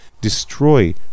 Destroy